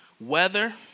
weather